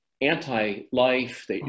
anti-life